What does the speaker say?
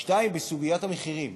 2. בסוגיית המחירים,